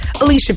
Alicia